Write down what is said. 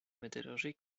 métallurgique